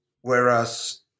Whereas